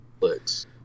Netflix